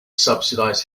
subsidized